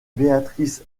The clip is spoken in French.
béatrice